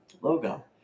logo